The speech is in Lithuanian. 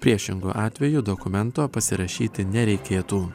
priešingu atveju dokumento pasirašyti nereikėtų